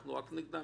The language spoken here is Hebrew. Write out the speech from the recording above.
שהלכנו רק נגדם?